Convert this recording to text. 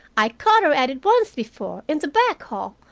i caught her at it once before, in the back hall,